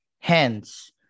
hence